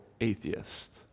atheist